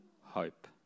hope